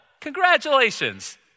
congratulations